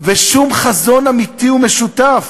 ושום חזון אמיתי ומשותף.